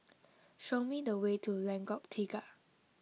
show me the way to Lengkok Tiga